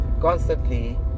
constantly